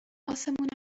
اسمونم